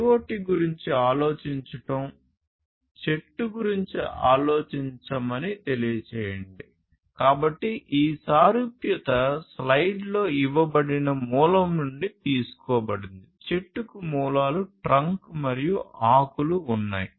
IoT గురించి ఆలోచించడం చెట్టు ట్రంక్ మరియు ఆకులు ఉన్నాయి